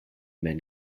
men